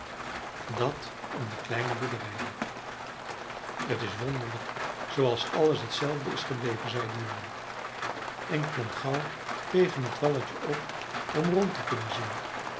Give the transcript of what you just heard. dat om de kleine boerderij liep t is wonderlijk zooals alles t zelfde is gebleven zei de jongen en klom gauw tegen t walletje op om rond te kunnen zien